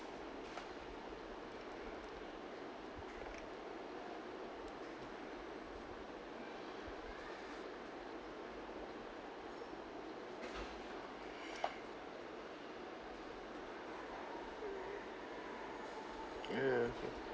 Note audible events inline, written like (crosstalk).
(breath) yeah okay